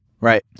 Right